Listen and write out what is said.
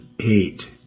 eight